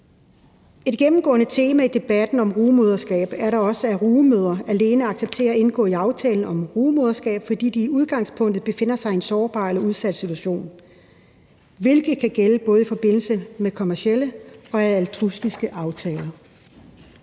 Et gennemgående tema i debatten om rugemoderskab er da også, at rugemødre alene accepterer at indgå i aftalen om rugemoderskab, fordi de i udgangspunktet befinder sig i en sårbar eller udsat situation, hvilket kan gælde både i forbindelse med kommercielle og altruistiske aftaler.